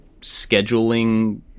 scheduling